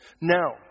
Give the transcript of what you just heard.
Now